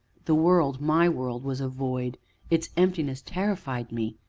the world my world, was a void its emptiness terrified me.